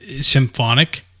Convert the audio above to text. symphonic